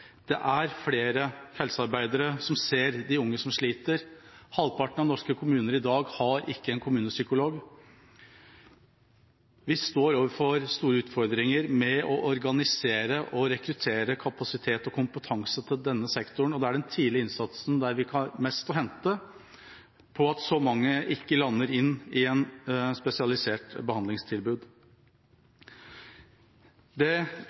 det trengs flere helsearbeidere som ser de unge som sliter. Halvparten av norske kommuner i dag har ikke en kommunepsykolog. Vi står overfor store utfordringer med å organisere og rekruttere kapasitet og kompetanse til denne sektoren, og det er ved tidlig innsats en har mest å hente, slik at ikke så mange lander inn i et spesialisert behandlingstilbud.